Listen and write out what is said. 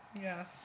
Yes